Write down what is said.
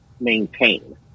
Maintain